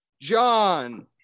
john